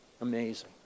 Amazing